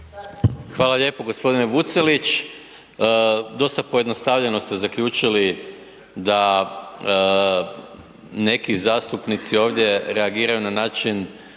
Hvala lijepo. Gospodine Vucelić, dosta pojednostavljeno ste zaključili da neki zastupnici ovdje reagiraju na način